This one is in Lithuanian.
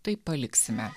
taip paliksime